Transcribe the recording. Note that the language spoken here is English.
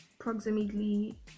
approximately